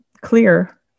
clear